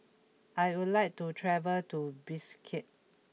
I would like to travel to Bishkek